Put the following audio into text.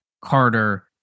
Carter